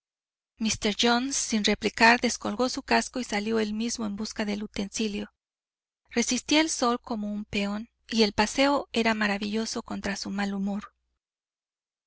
míster jones sin replicar descolgó su casco y salió él mismo en busca del utensilio resistía el sol como un peón y el paseo era maravilloso contra su mal humor